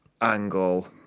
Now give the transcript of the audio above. angle